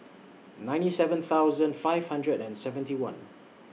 ninety seven thousand five hundred and seventy one